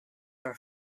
are